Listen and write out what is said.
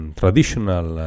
traditional